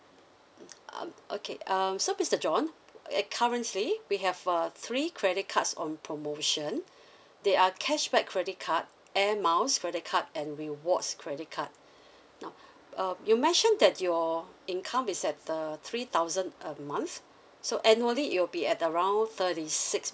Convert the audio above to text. um okay um so mister john at currently we have uh three credit cards on promotion they are cashback credit card airmiles card and rewards credit card now uh you mentioned that your income is at the three thousand a month so annually it will be at around thirty six